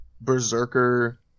Berserker